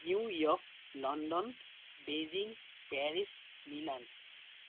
New York London Beijing Paris Milan